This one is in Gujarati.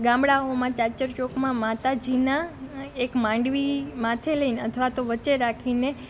ગામડાઓમાં ચાચર ચોકમાં માતાજીનાં એક માંડવી માથે લઈને અથવા તો વચ્ચે રાખીને